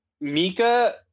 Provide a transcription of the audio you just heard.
Mika